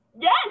yes